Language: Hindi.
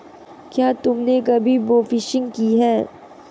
क्या तुमने कभी बोफिशिंग की है?